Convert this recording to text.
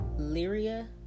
Lyria